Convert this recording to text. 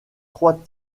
trois